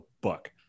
book